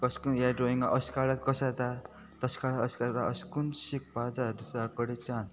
कशें करून ह्या ड्रॉइंगाक अशें काडल्यार कशें जाता तशे काडल्यार अशें काडता अशे करून शिकपाक जाय दुसऱ्या कडेन